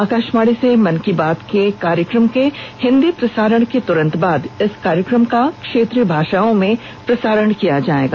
आकाशवाणी से मन की बात के हिंदी प्रसारण के तुरन्त बाद इस कार्यक्रम का क्षेत्रीय भाषाओं में प्रसारण किया जायेगा